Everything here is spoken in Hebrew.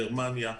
גרמניה,